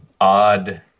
odd